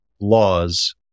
laws